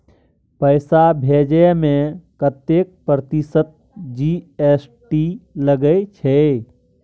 पैसा भेजै में कतेक प्रतिसत जी.एस.टी लगे छै?